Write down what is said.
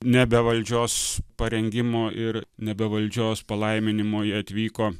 ne be valdžios parengimo ir ne be valdžios palaiminimo jie atvyko